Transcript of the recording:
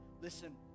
Listen